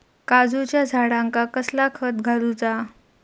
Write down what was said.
काजूच्या झाडांका कसला खत घालूचा?